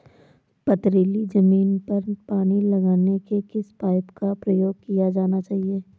पथरीली ज़मीन पर पानी लगाने के किस पाइप का प्रयोग किया जाना चाहिए?